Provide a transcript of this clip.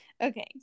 Okay